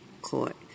Court